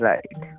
Right